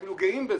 ואפילו גאים בזה.